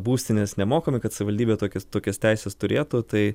būstines nemokamai kad savivaldybė tokias tokias teises turėtų tai